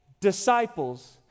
disciples